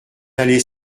aller